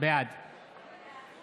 בעד